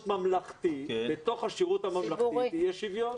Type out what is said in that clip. ממלכתי ושבתוך השירות הממלכתי צריך להיות שוויון.